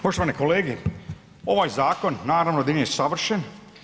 Poštovane kolege, ovaj zakon naravno da nije savršen.